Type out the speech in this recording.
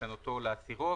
לשנותו או להסירו,